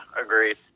agreed